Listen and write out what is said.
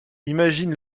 imagine